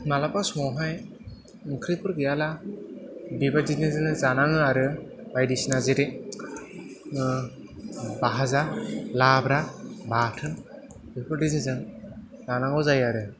मालाबा समाव हाय ओंख्रिफोर गैयाला बेबायदिजोंनो जानाङो आरो बायदिसिना जेरै बाहाजा लाब्रा बाथोन बेफोर बायदिजों जों जानांगौ जायो आरो